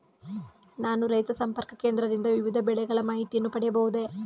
ನಾನು ರೈತ ಸಂಪರ್ಕ ಕೇಂದ್ರದಿಂದ ವಿವಿಧ ಬೆಳೆಗಳ ಮಾಹಿತಿಯನ್ನು ಪಡೆಯಬಹುದೇ?